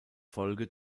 folge